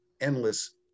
endless